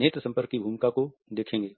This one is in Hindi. नेत्र संपर्क की भूमिका को देखेंगे